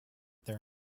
their